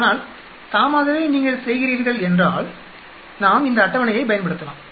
ஆனால் தாமாகவே நீங்கள் செய்கிறீர்கள் என்றால் நாம் இந்த அட்டவணையைப் பயன்படுத்தலாம்